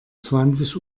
zwanzig